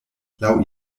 laŭ